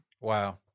Wow